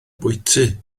bwyty